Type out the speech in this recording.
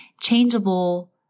changeable